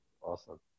Awesome